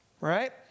right